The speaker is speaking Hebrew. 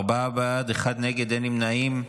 ארבעה בעד, אחד נגד, אין נמנעים.